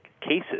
cases